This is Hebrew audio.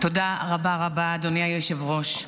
תודה רבה רבה, אדוני היושב-ראש.